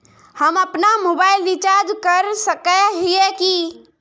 हम अपना mobile recharge कर सकय हिये की?